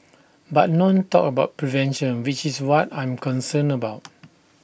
but none talked about prevention which is what I'm concerned about